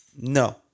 no